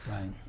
Right